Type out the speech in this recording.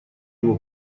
его